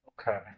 Okay